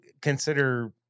consider